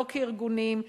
לא כארגונים,